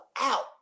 out